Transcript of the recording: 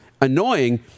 annoying